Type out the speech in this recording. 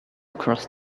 across